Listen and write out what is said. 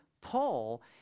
Paul